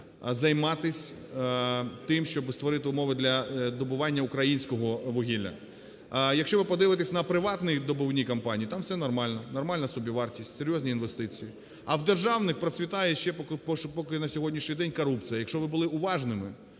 займатись тим, щоби створити умови для добування українського вугілля. Якщо ви подивитесь на приватні добувні компанії, там все нормально, нормальна собівартість, серйозні інвестиції, а в державних процвітає ще поки на сьогоднішній день корупція. Якщо ви були уважними,